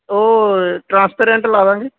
ਉਹ ਟਰਾਂਸਪਰੈਂਟ ਲਾ ਦਾਂਗੇ